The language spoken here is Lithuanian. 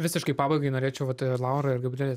visiškai pabaigai norėčiau vat laura ir gabriele